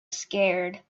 scared